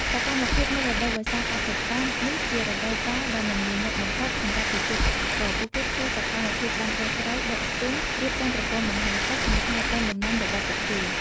សកម្មភាពនៅរដូវវស្សាកសិកម្ម នេះជារដូវកាលដ៏មមាញឹកបំផុតសម្រាប់ប្រជាកសិករ។ ពួកគេធ្វើសកម្មភាពដាំដុះស្រូវ ដកស្ទូង រៀបចំប្រព័ន្ធបង្ហូរទឹក និងថែទាំដំណាំរបស់ពួកគេ។